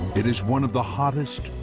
it is one of the hottest,